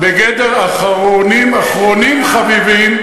בגדר אחרונים-אחרונים חביבים,